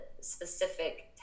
specific